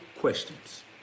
questions